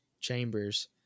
Chambers